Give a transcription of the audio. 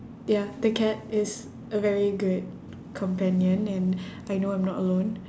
ya the cat is a very good companion and I know I'm not alone